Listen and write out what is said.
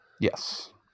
Yes